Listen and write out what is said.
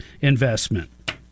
investment